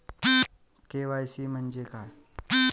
KYC म्हंजे काय?